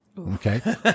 Okay